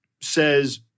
says